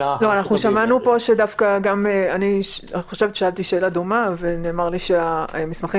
שמענו אני שאלתי שאלה דומה ונאמר לי שהמסמכים